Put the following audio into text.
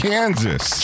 Kansas